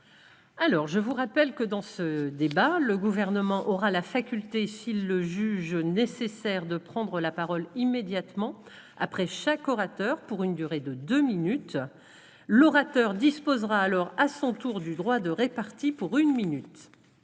rapport. Je vous rappelle que, dans ce débat, le Gouvernement aura la faculté, s'il le juge nécessaire, de prendre la parole immédiatement après chaque orateur pour une durée de deux minutes ; l'orateur disposera alors à son tour du droit de répartie, pour une minute.